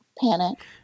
panic